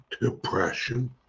depression